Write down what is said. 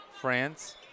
France